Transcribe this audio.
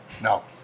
No